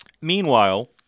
meanwhile